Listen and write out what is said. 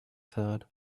said